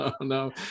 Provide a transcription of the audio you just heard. no